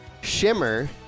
Shimmer